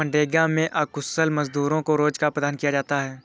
मनरेगा में अकुशल मजदूरों को रोजगार प्रदान किया जाता है